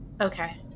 Okay